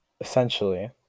essentially